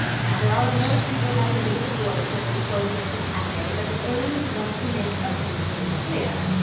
now, there are a lot of people having a bit of a gloat over the closure of the cafe but the owners want to make a few things clear.